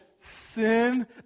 sin